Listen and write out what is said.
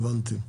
הבנתי.